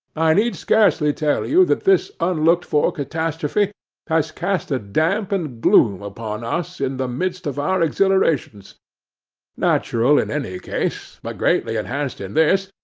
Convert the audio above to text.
i need scarcely tell you that this unlooked-for catastrophe has cast a damp and gloom upon us in the midst of our exhilaration natural in any case, but greatly enhanced in this,